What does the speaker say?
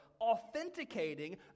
authenticating